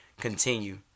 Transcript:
continue